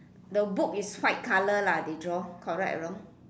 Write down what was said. the book is white colour lah they draw correct or wrong